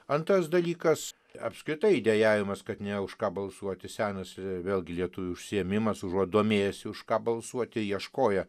antras dalykas apskritai dejavimas kad nėra už ką balsuoti senas vėlgi lietuvių užsiėmimas užuot domėjęsi už ką balsuoti ieškoję